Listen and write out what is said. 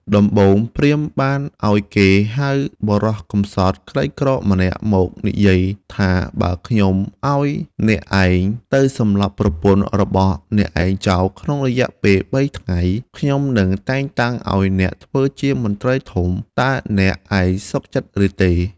ដំបូងព្រាហ្មណ៍បានឲ្យគេហៅបុរសកម្សត់ក្រីក្រម្នាក់ មកនិយាយថា បើខ្ញុំឲ្យអ្នកឯងទៅសម្លាប់ប្រពន្ធរបស់អ្នកឯងចោលក្នុងរយៈបីថ្ងៃ ខ្ញុំនឹងតែងតាំងឲ្យអ្នកធ្វើជាមន្ត្រីធំ តើអ្នកឯងសុខចិត្តឬទេ ?